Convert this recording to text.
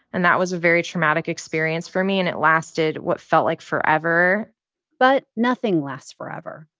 and that was a very traumatic experience for me, and it lasted what felt like forever but nothing lasts forever.